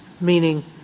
meaning